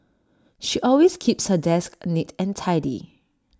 she always keeps her desk neat and tidy